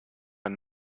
ein